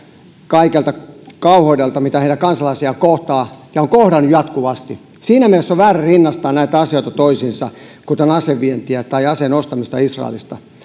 kaikelta kauheudelta mikä heidän kansalaisiaan kohtaa ja on kohdannut jatkuvasti siinä mielessä on väärä rinnastaa näitä asioita toisiinsa kuten asevientiä tai aseen ostamista israelista